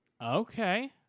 Okay